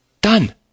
Done